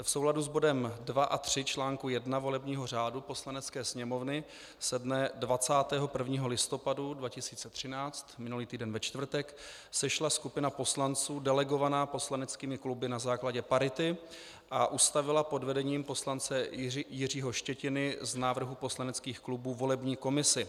V souladu s bodem 2 a 3 článku 1 volebního řádu Poslanecké sněmovny se dne 21. listopadu 2013, minulý týden ve čtvrtek, sešla skupina poslanců delegovaná poslaneckými kluby na základě parity a ustavila pod vedením poslance Jiřího Štětiny z návrhů poslaneckých klubů volební komisi.